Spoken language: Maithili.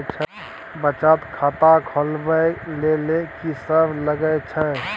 बचत खाता खोलवैबे ले ल की सब लगे छै?